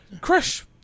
crush